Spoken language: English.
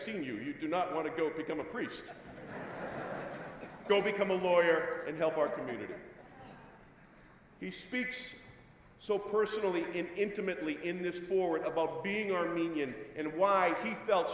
seen you you do not want to go become a priest go become a lawyer and help our community he's so personally intimately in this forward about being armenian and why he felt